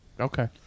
Okay